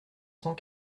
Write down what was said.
cent